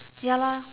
ya lor